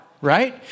right